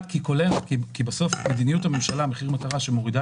כי מדיניות הממשלה מחיר מטרה שמורידה